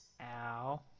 Ow